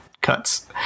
cuts